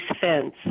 fence